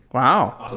wow!